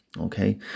okay